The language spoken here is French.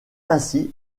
ainsi